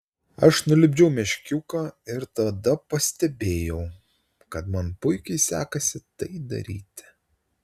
aš nulipdžiau meškiuką ir tada pastebėjau kad man puikiai sekasi tai daryti